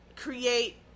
create